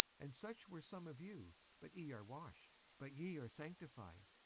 and such were some of you but ye are washed, but ye are sanctified,